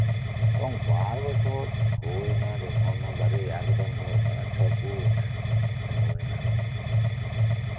ᱮᱵᱚᱝ ᱵᱟᱨ ᱵᱚᱪᱷᱚᱨ ᱦᱩᱭ ᱮᱱᱟ ᱡᱚᱠᱷᱚᱱ ᱚᱱᱟ ᱫᱟᱨᱮ ᱪᱷᱚ ᱯᱷᱩᱴ ᱛᱤᱸᱜᱩᱭᱮᱱᱟ